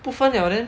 不分了 then